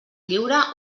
lliure